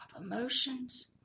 emotions